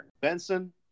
Benson